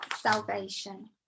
salvation